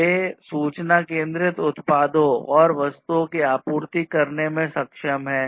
वे सूचना केंद्रित उत्पादों और वस्तुओं की आपूर्ति करने में सक्षम हैं